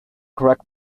correct